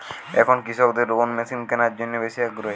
এখন কৃষকদের কোন মেশিন কেনার জন্য বেশি আগ্রহী?